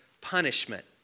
punishment